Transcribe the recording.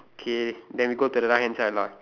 K then we go the right hand side lah